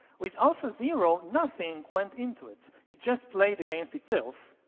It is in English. with alphazero, nothing went into it. it just played against itself